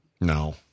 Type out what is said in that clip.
No